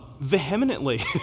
vehemently